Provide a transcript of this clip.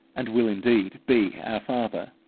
and will indeed be our father.